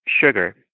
sugar